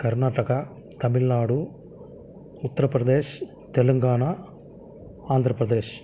Karnataka Tamil Nadu Uttar Pradesh Telangana Andhra Pradesh